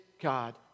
God